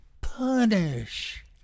punish